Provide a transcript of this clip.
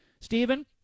Stephen